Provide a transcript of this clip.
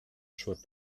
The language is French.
choix